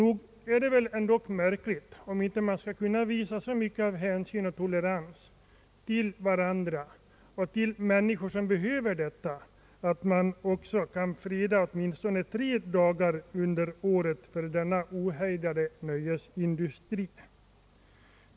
Nog är det väl märkligt, om man inte skall kunna visa så mycket hänsyn och tolerans mot varandra och de människor som behöver detta, att man kan freda åtminstone dessa tre dagar under året mot den ohejdade nöjesindustrin.